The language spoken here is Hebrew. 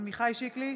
עמיחי שיקלי,